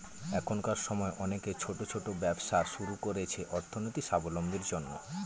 এখনকার সময় অনেকে ছোট ছোট ব্যবসা শুরু করছে অর্থনৈতিক সাবলম্বীর জন্য